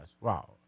Wow